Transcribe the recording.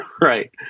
right